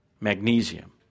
magnesium